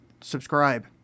Subscribe